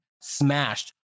smashed